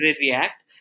react